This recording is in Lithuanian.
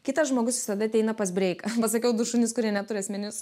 kitas žmogus visada ateina pas breiką pasakiau du šunis kurie neturi asmeninius